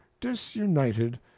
disunited